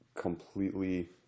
completely